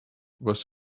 was